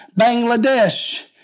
Bangladesh